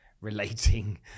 relating